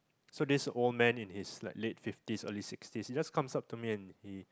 so this old man in his like late fifties or late sixties he just comes up to me and he